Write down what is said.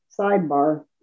sidebar